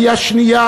עלייה שנייה,